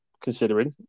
considering